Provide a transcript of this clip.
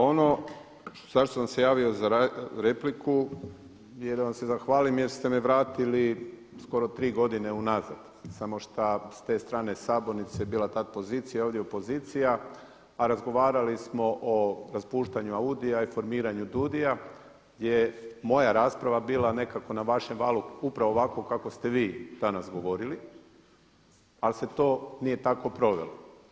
Ono zašto sam se javio za repliku je da vam se zahvalim jer ste me vratili skoro tri godine unazad, samo što s te strane sabornice bila tad pozicija, ovdje opozicija, a razgovarali smo raspuštanju AUDI-a i formiranju DUUDI-a je moja rasprava bila nekako na vašem valu upravo ovako kako ste vi danas govorili, ali se to nije tako provelo.